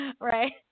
right